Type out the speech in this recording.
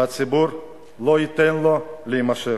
והציבור לא ייתן לזה להימשך.